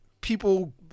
people